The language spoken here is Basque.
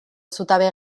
zutabe